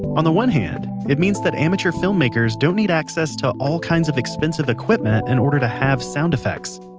on the one hand, it means that amateur filmmakers don't need access to all kinds of expensive equipment in order to have sound effects.